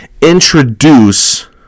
introduce